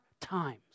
times